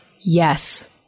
yes